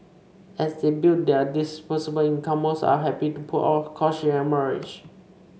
as they build their disposable income most are happy to put off courtship and marriage